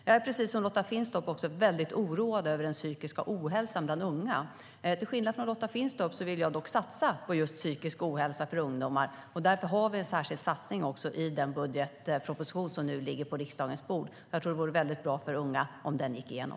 Jag är precis som Lotta Finstorp väldigt oroad över den psykiska ohälsan bland unga. Till skillnad från Lotta Finstorp vill jag dock satsa mot psykisk ohälsa hos ungdomar. Därför har vi en särskild satsning i den budgetproposition som nu ligger på riksdagens bord. Jag tror att det vore väldigt bra för unga om den gick igenom.